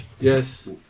Yes